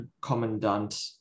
commandant